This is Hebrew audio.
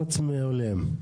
חוץ מהולם.